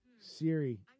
Siri